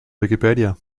wikipedia